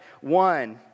one